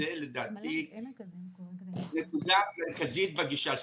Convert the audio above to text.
זאת לדעתי נקודה מרכזית בגישה.